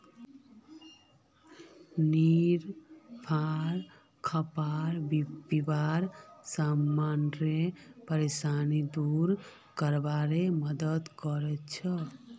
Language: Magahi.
निफा खाबा पीबार समानेर परेशानी दूर करवार मदद करछेक